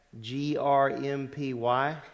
G-R-M-P-Y